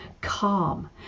calm